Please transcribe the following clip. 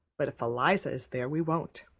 but if eliza is there we won't.